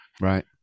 Right